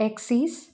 axis